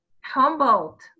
humbled